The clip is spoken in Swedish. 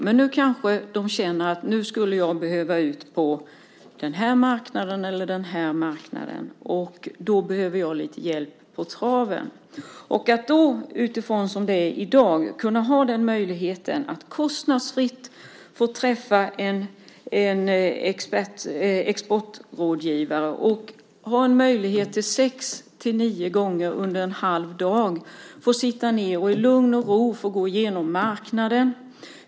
Men nu känner de att de behöver komma ut på den eller den marknaden, och de behöver hjälp på traven. I dag är det möjligt att kostnadsfritt träffa en exportrådgivare vid sex-nio tillfällen under en halv dag åt gången och sitta ned i lugn och ro och gå igenom marknaden.